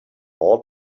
all